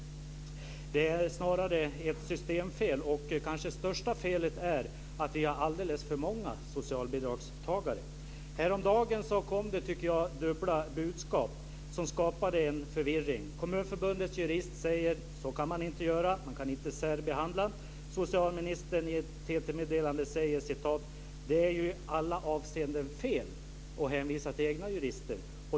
Det är snarare ett systemfel, och det största felet kanske är att vi har alldeles för många socialbidragstagare. Häromdagen kom det dubbla budskap, som skapade förvirring. Kommunförbundets jurist säger: Så kan man inte göra - man kan inte särbehandla. Socialministern säger i ett TT-meddelande: Det är i alla avseenden fel. Han hänvisar till egna jurister.